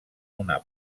una